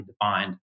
defined